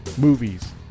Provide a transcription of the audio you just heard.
movies